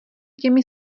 těmi